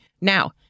Now